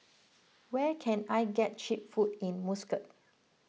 where can I get Cheap Food in Muscat